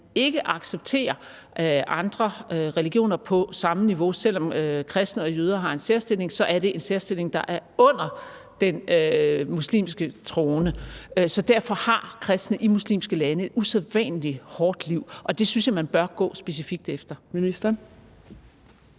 ikke accepterer andre religioner på samme niveau. Selv om kristne og jøder har en særstilling, er det en særstilling, hvor de står under den muslimske troende. Så derfor har kristne i muslimske lande et usædvanlig hårdt liv, og det synes jeg man bør gå specifikt efter. Kl.